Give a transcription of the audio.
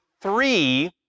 three